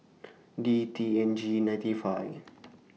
D T N G ninety five